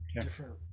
Different